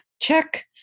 check